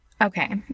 okay